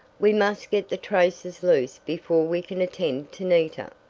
we must get the traces loose before we can attend to nita.